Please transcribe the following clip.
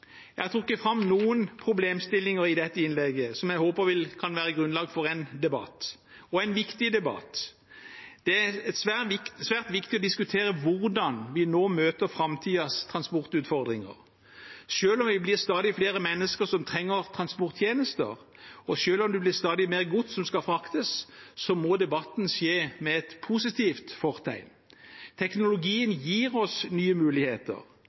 Jeg har trukket fram noen problemstillinger i dette innlegget som jeg håper kan være grunnlag for en viktig debatt. Det er svært viktig å diskutere hvordan vi nå møter framtidens transportutfordringer. Selv om vi blir stadig flere mennesker som trenger transporttjenester, og selv om det blir stadig mer gods som skal fraktes, må debatten skje med positivt fortegn. Teknologien gir oss nye muligheter.